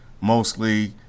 mostly